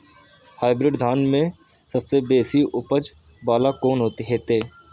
Hybrid धान में सबसे बेसी उपज बाला कोन हेते?